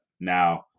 Now